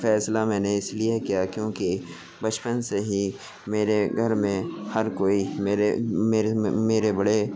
فیصلہ میں نے اس لیے کیا کیونکہ بچپن سے ہی میرے گھرمیں ہر کوئی میرے میرے میرے بڑے